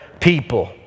people